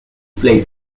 play